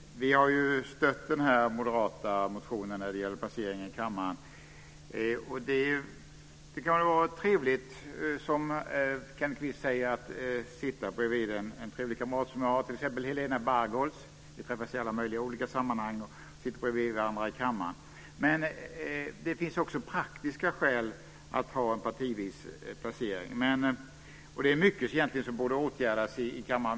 Vi har stött den moderata motionen om placeringen i kammaren, och det kan, som Kenneth Kvist säger, vara roligt att sitta bredvid en trevlig kamrat. Helena Bargholtz och jag träffas t.ex. i alla möjliga olika sammanhang och sitter bredvid varandra i kammaren. Men det finns också praktiska skäl för att ha en partivis placering. Det är egentligen mycket som borde åtgärdas i kammaren.